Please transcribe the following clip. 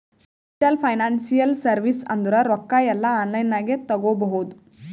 digital financial service ಅಂದುರ್ ರೊಕ್ಕಾ ಎಲ್ಲಾ ಆನ್ಲೈನ್ ನಾಗೆ ತಗೋಬೋದು